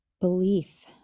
belief